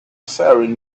faring